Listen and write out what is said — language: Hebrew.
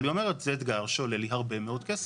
אבל היא אומרת זה אתגר שעולה לי הרבה מאוד כסף.